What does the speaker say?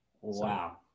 Wow